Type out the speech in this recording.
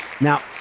Now